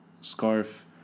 scarf